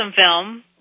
film